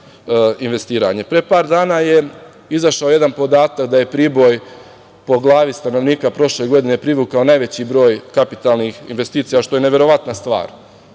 par dana je izašao jedan podatak da je Priboj po glavi stanovnika prošle godine privukao najveći broj kapitalnih investicija, što je neverovatna stvar. Do